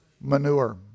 Manure